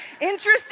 interesting